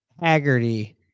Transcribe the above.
Haggerty